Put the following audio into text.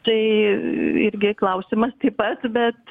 tai irgi klausimas taip pat bet